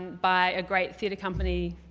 by a great theater company,